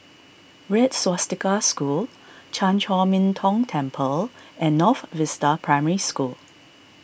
Red Swastika School Chan Chor Min Tong Temple and North Vista Primary School